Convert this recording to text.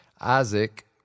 Isaac